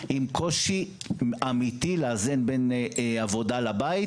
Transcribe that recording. עם קושי אמיתי לאזן בין עבודה לבין הבית,